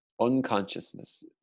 unconsciousness